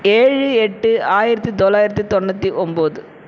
ஏழு எட்டு ஆயிரத்து தொள்ளாயிரத்தி தொண்ணூற்றி ஒம்பது